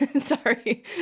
Sorry